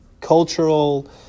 cultural